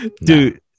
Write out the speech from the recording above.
Dude